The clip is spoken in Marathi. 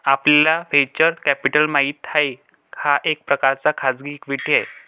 आपल्याला व्हेंचर कॅपिटल माहित आहे, हा एक प्रकारचा खाजगी इक्विटी आहे